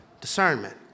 Discernment